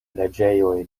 preĝejoj